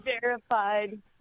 Verified